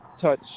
touch